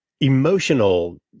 emotional